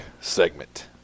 segment